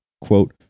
quote